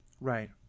Right